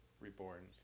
reborn